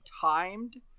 timed